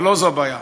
אבל לא זו הבעיה.